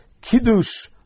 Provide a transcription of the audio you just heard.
Kiddush